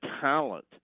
talent